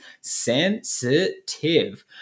sensitive